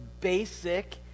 basic